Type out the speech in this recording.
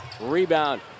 Rebound